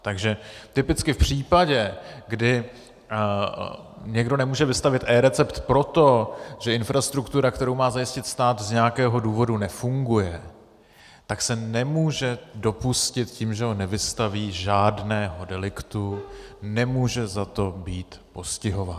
Takže typicky v případě, kdy někdo nemůže vystavit eRecept proto, že infrastruktura, kterou má zajistit stát, z nějakého důvodu nefunguje, tak se nemůže dopustit tím, že ho nevystaví, žádného deliktu, nemůže za to být postihován.